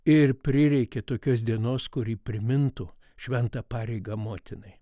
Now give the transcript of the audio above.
ir prireikė tokios dienos kuri primintų šventą pareigą motinai